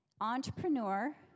entrepreneur